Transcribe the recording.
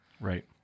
Right